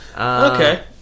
Okay